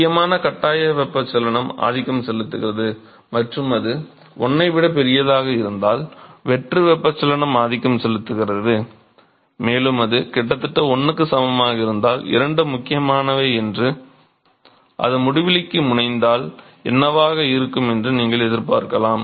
முக்கியமான கட்டாய வெப்பச்சலனம் ஆதிக்கம் செலுத்துகிறது மற்றும் அது 1 ஐ விட பெரியதாக இருந்தால் வெற்று வெப்பச்சலனம் ஆதிக்கம் செலுத்துகிறது மேலும் அது கிட்டத்தட்ட 1 க்கு சமமாக இருந்தால் இரண்டும் முக்கியமானவை என்றும் அது முடிவிலிக்கு முனைந்தால் என்னவாக இருக்கும் என்றும் நீங்கள் எதிர்பார்க்கலாம்